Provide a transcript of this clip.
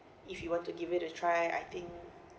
if you want to give it a try I think